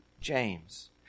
James